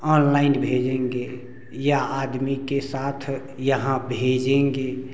online भेजेंगे या आदमी के साथ यहाँ भेजेंगे